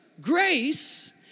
Grace